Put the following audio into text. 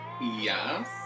yes